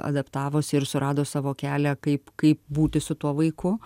adaptavosi ir surado savo kelią kaip kaip būti su tuo vaiku